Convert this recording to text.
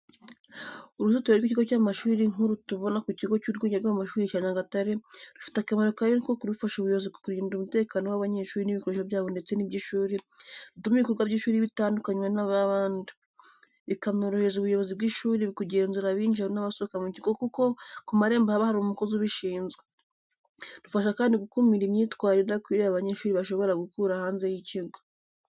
Uruzitiro rw’ikigo cy’amashuri nk'uru tubona ku kigo cy'urwunge rw'amashuri cya Nyagatare, rufite akamaro kanini kuko rufasha ubuyobozi kurinda umutekano w’abanyeshuri n’ibikoresho byabo ndetse n’iby’ishuri, rutuma ibikorwa by’ishuri bitandukanywa n’iby’abandi, bikanorohereza ubuyobozi bw'ishuri kugenzura abinjira n’abasohoka mu kigo kuko ku marembo haba hari umukozi ubishinzwe. Rufasha kandi gukumira imyitwarire idakwiriye abanyeshuri bashobora gukura hanze y’ikigo.